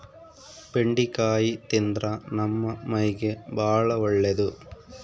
ಬೆಂಡಿಕಾಯಿ ತಿಂದ್ರ ನಮ್ಮ ಮೈಗೆ ಬಾಳ ಒಳ್ಳೆದು